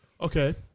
Okay